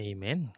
Amen